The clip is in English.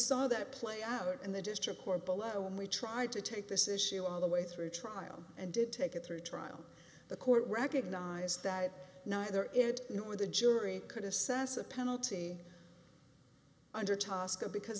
saw that play out in the district court below when we tried to take this issue all the way through trial and did take it through trial the court recognize that neither it nor the jury could assess a penalty